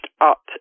up